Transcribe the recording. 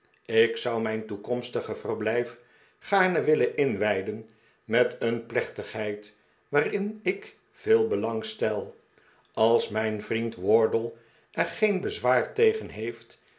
ik zou mijn toekomstige verblijf gaarne willen inwijden met een plechtigheid waarin ik veel belang stel als mijn vriend wardle er geen bezwaar tegen heeft